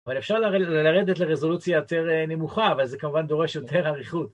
אבל אפשר ללרדת לרזולוציה יותר נמוכה, אבל זה כמובן דורש יותר אריכות